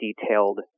detailed